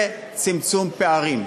זה צמצום פערים.